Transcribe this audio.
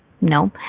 No